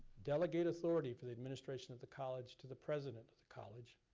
delegate authority for the administration of the college, to the president of the college,